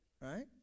right